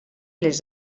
les